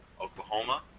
Oklahoma